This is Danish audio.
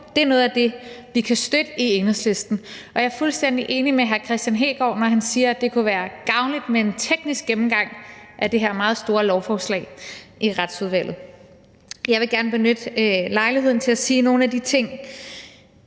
det er noget af det, vi i Enhedslisten kan støtte. Og jeg er fuldstændig enig med hr. Kristian Hegaard, når han siger, at det kunne være gavnligt med en teknisk gennemgang i Retsudvalget af det her meget store lovforslag. Jeg vil gerne benytte lejligheden til at nævne nogle af de ting,